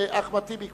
אחמד טיבי,